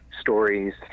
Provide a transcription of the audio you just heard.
stories